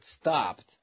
stopped